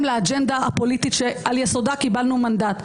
לאג'נדה הפוליטית שעל יסודה קיבלנו מנדט.